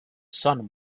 sun